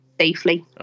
safely